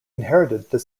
inherited